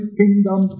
kingdom